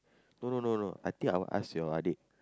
no no no no I think I will ask your adik